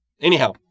Anyhow